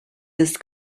this